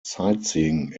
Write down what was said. sightseeing